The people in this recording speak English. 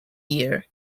year